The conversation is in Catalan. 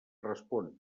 respon